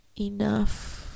enough